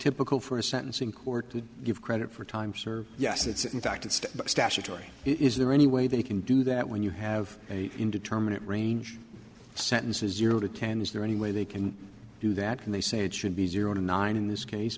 typical for a sentencing court to give credit for time served yes it's in fact it's statutory is there any way that you can do that when you have an indeterminate range sentences zero to ten is there any way they can do that and they say it should be zero nine in this case